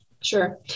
Sure